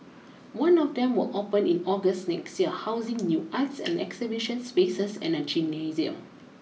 one of them will open in August next year housing new arts and exhibition spaces and a gymnasium